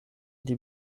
die